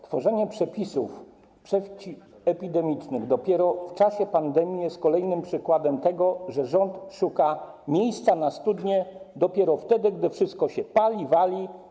Tworzenie przepisów przeciwepidemicznych dopiero w czasie pandemii jest kolejnym przykładem tego, że rząd szuka miejsca na studnię dopiero wtedy, gdy wszystko się pali i wali.